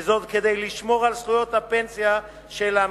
כדי לשמור על זכויות הפנסיה של העמיתים.